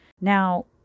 Now